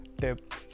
tip